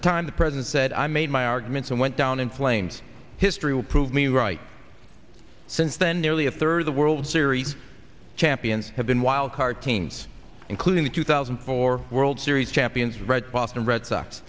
the time the president said i made my arguments and went down in flames history will prove me right since then nearly a third of the world series champions have been wild card teams including the two thousand and four world series champions red boston red sox